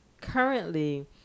currently